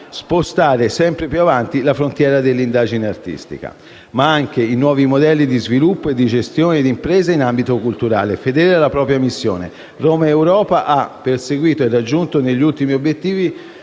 spostare sempre più avanti la frontiera dell'indagine artistica; ma anche in nuovi modelli di sviluppo e di gestione d'impresa in ambito culturale. Fedele alla propria missione, Romaeuropa ha perseguito e raggiunto negli ultimi anni